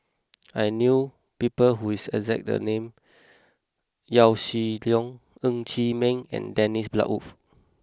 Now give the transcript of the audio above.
I knew people who is exact the name Yaw Shin Leong Ng Chee Meng and Dennis Bloodworth